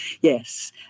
Yes